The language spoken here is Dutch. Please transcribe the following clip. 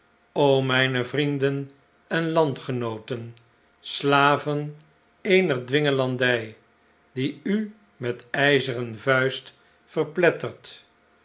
mijne vrienden eh landgenooten slaven eener dwingelandij die u met ijzeren vuist verplet'tert